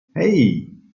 hey